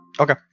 Okay